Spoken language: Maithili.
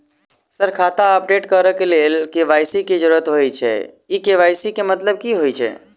सर खाता अपडेट करऽ लेल के.वाई.सी की जरुरत होइ छैय इ के.वाई.सी केँ मतलब की होइ छैय?